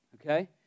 Okay